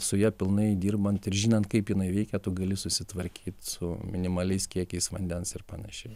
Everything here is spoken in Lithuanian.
su ja pilnai dirbant ir žinant kaip jinai veikia tu gali susitvarkyt su minimaliais kiekiais vandens ir panašiai